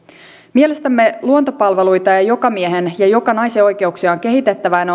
mielestämme luontopalveluita ja ja jokamiehen ja jokanaisen oikeuksia on kehitettävä ja ne